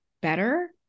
better